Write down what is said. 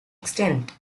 extent